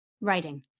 writing